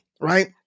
right